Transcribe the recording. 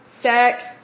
sex